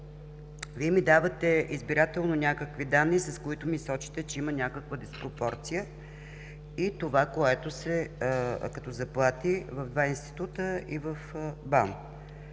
Вие ми давате избирателно някакви данни, с които ми сочите, че има някаква диспропорция и това, което е като заплати в два института и в БАН.